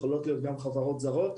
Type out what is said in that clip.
גם חברות זרות,